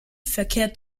verkehrt